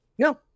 No